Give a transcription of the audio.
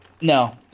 No